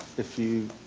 if you.